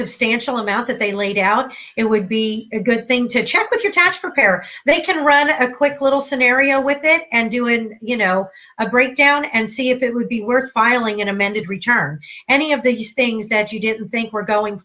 substantial amount that they laid out it would be a good thing to check with your tax preparer they can run a quick little scenario with it and you wouldn't you know a great down and see if it would be worth filing an amended return any of these things that you didn't think were going